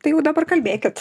tai jau dabar kalbėkit